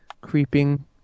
creeping